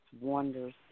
wonders